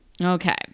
Okay